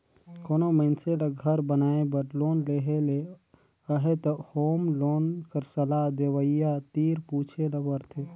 कोनो मइनसे ल घर बनाए बर लोन लेहे ले अहे त होम लोन कर सलाह देवइया तीर पूछे ल परथे